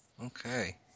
Okay